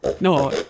no